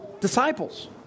disciples